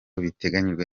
bigenwa